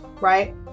right